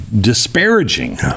disparaging